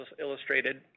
illustrated